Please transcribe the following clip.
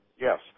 Yes